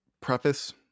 preface